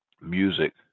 music